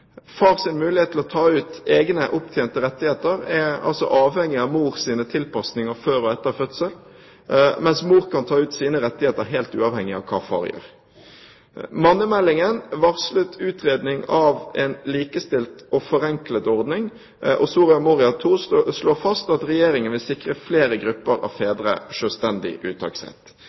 far gjør. Mannemeldingen varslet utredning av en likestilt og forenklet ordning, og Soria Moria II slår fast at Regjeringen vil sikre flere grupper av fedre selvstendig uttaksrett.